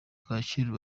kacyiru